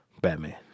Batman